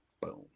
Boom